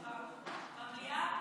במליאה?